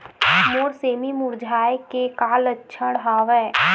मोर सेमी मुरझाये के का लक्षण हवय?